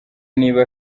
niba